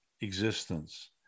existence